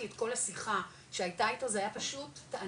את כל השיחה שהייתה אתו זה היה פשוט תענוג,